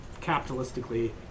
capitalistically